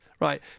right